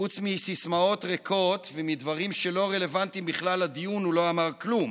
חוץ מסיסמאות ריקות ומדברים שלא רלוונטיים בכלל לדיון הוא לא אמר כלום.